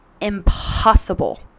impossible